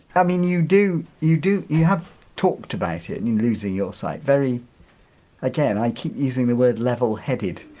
i mean you do you do you have talked about it and you losing your sight very again, i keep using the word level headed,